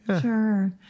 Sure